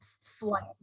flight